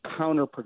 counterproductive